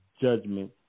judgment